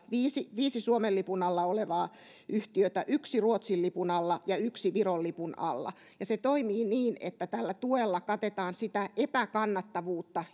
viisi viisi suomen lipun alla olevaa yhtiötä yksi ruotsin lipun alla ja yksi viron lipun alla ja se toimii niin että tällä tuella katetaan sitä epäkannattavuutta